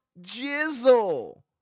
jizzle